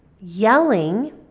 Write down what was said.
Yelling